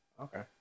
Okay